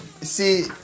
See